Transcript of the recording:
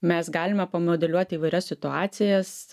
mes galime pamodeliuoti įvairias situacijas